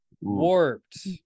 warped